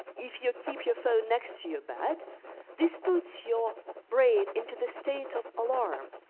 if you keep your phone next to your bed this puts your brain into the state of alarm.